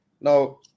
Now